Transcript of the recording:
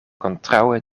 kontraŭe